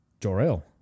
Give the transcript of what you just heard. Jor-El